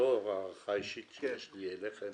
לאור ההערכה האישית שיש לי אליך,